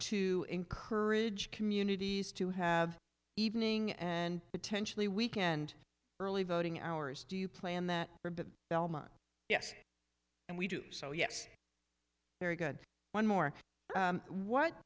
to encourage communities to have evening and potentially weekend early voting hours do you plan that elma yes and we do so yes very good one more what